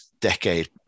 decade